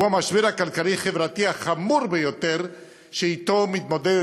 הוא המשבר הכלכלי-חברתי החמור ביותר שאתו מתמודדת